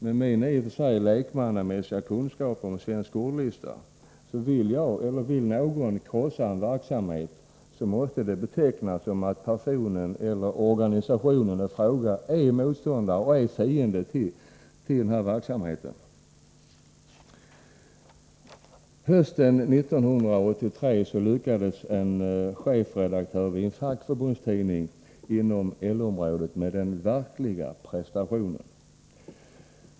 Med mina i och för sig lekmannamässiga kunskaper om svensk ordlista uppfattar jag detta så, att om någon vill krossa en verksamhet, så är personen eller organisationen i fråga motståndare och fiende till verksamheten. Hösten 1983 lyckades en chefredaktör i en fackförbundstidning inom LO-området med den verkliga prestationen.